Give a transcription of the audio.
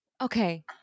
Okay